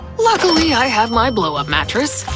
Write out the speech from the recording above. luckily i have my blow-up mattress!